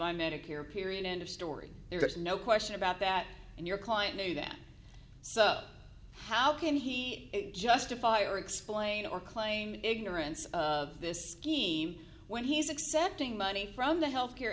by medicare period end of story there's no question about that and your client knew that so how can he justify or explain or claim ignorance of this scheme when he's accepting money from the health care